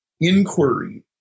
inquiry